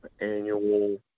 annual